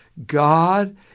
God